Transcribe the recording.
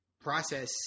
process